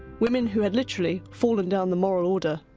women who had literally fallen down the moral order,